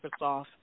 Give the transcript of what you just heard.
Microsoft